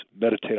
meditate